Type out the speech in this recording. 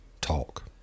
talk